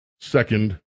second